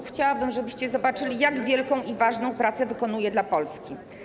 Chciałabym, żebyście zobaczyli, jak wielką i ważną pracę wykonuje dla Polski.